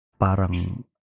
parang